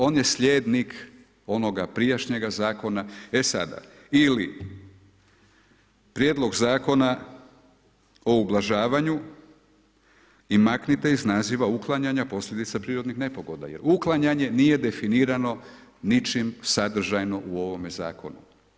On je slijednik onoga prijašnjega zakona, e sada, ili prijedlog zakona o ublažavanju i maknite iz naziva uklanjanja posljedica prirodnih nepogoda, jer uklanjanje nije definirano, ničim sadržajno u ovome zakonu.